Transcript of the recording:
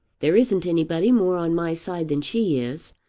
there isn't anybody more on my side than she is.